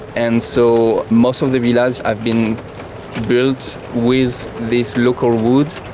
and so most of the villas have been built with this local wood.